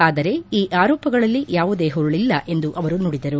ಆದರೆ ಈ ಆರೋಪಗಳಲ್ಲಿ ಯಾವುದೇ ಹುರುಳಲ್ಲ ಎಂದು ಅವರು ನುಡಿದರು